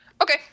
Okay